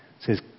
says